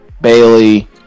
Bailey